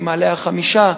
ממעלה-החמישה,